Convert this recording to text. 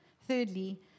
thirdly